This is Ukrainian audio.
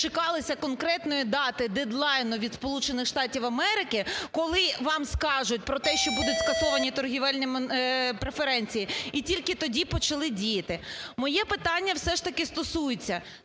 дочекалися конкретної дати, дедлайну від Сполучених Штатів Америки, коли вам скажуть про те, що будуть скасовані торгівельні преференції і тільки тоді почали діяти. Моє питання все ж таки стосується